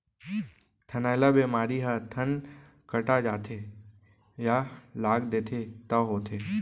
थनैला बेमारी ह थन कटा जाथे या लाग देथे तौ होथे